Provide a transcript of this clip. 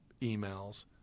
emails